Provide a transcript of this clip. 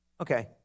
Okay